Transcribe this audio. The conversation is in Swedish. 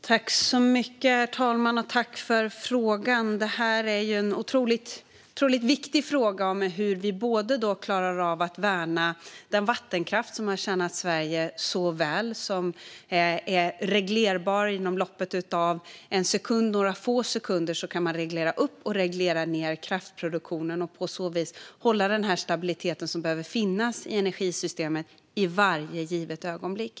Herr talman! Jag tackar ledamoten för frågan. Detta är ju en otroligt viktig fråga. Det handlar om hur vi klarar av att värna den vattenkraft som har tjänat Sverige så väl och som är reglerbar. Inom loppet av några få sekunder kan man reglera upp eller reglera ned kraftproduktionen och på så vis hålla den stabilitet som behöver finnas i energisystemet i varje givet ögonblick.